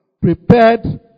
prepared